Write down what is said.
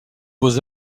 beaux